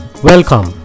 Welcome